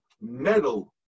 metal